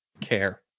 care